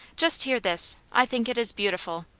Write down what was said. just hear this i think it is beautiful.